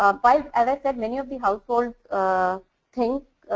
um but as i said many of the households think,